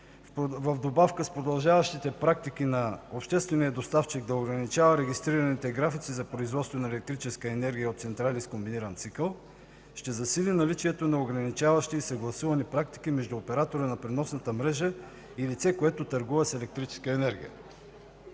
в добавка с продължаващите практики на обществения доставчик да ограничава регистрираните графици за производство на електрическа енергия от централи с комбиниран цикъл ще засили наличието на ограничаващи и съгласувани практики между оператора на преносната мрежа и лице, което търгува с електрическа енергия.